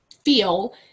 feel